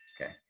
Okay